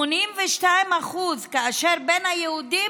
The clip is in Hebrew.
82%, כאשר בין היהודים,